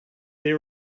they